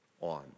on